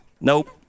Nope